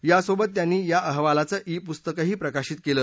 यासोबत त्यांनी या अहवालाचं ई पुस्तकही प्रकाशित केलं